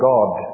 God